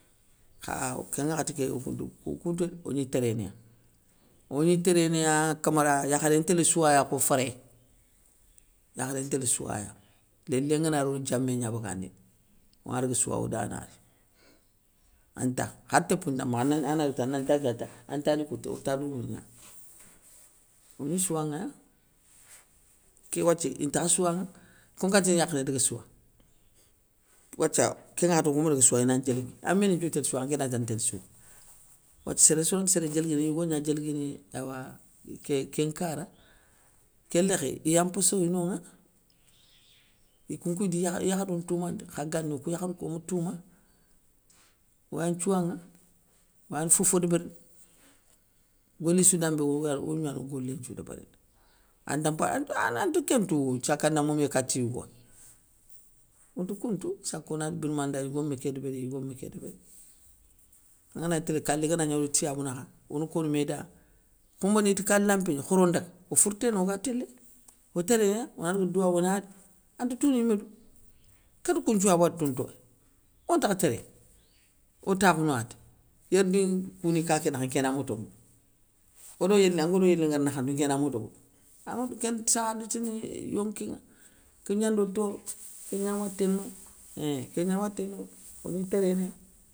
Kha kén ŋwakhati ké okou nte okounte, ogni téréna, ogni térénéya camara, yakharé ntél souwaya kho fré, yakharé ntél souwaya, lélé ngana ri, one diamé gna bagandini, ona daga souwa oda na ri. Anta khade topou nta makha antani koutou ota dourou gnani, ogni souwanŋaya ké wathie intakha souwanŋa, kon kati tini iyakhé ndanŋa daga souwa. Wathia kén ŋwakhati ogamadaga souwa ina ndiélgui, améni nthiouy tél souwa anké nati anké nti télé souwa, wathia séré sou ranti séré diélguini, ini yigo gna diélguini, awa ké kén nkara, ké lékhé iya mpossoyé nonŋa. Ikounkou idi ya yakharou ntoumandi, kha gani okou yakharou kou oma touma, oya nthiouwanŋa, oyane fofo débérini, goléssou dambé oyiméyano golé nthiou débérini. Anda mpa anti kéntouwo saka na momé kati yigowa, ontou kountou sakonati birmanda, yigo mi ké débéri yigo mi ké débéri, angani gni télé kalé ganagna odo tiyabou nakha, ono kono méda, khoumbéné iti ké alampi kégna khoro ndaga, o fourténa oga télé, o térénéya, ona daga douwa ona ri, ante tounou yimé dou, kéte kounthiou wa watou ntoya, ontakha téréné, otakhounata, yérdi kouni ka ké nakha nké na moto ŋwoutou, odo yélina odo yélingara nakhandou nké na moto woutou, anŋatou kénte sadetini yonki nŋa, kégnando toro, kéna waténoya, einnn kégna waté noya, ogni térénéya.